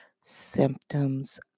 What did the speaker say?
symptoms